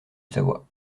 savoie